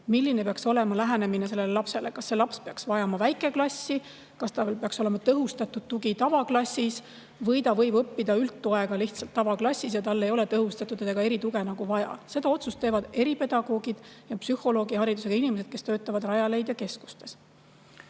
milline peaks olema lähenemine konkreetsele lapsele, kas see laps peaks vajama väikeklassi, kas tal peaks olema tõhustatud tugi tavaklassis või ta võib õppida üldtoega lihtsalt tavaklassis ja tal ei ole tõhustatud või erituge vaja. Selle otsuse teevad eripedagoogid ja psühholoogiharidusega inimesed, kes töötavad Rajaleidja keskustes.